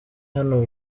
hano